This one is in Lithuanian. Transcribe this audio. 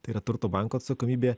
tai yra turto banko atsakomybė